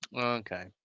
Okay